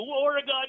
Oregon